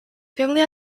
family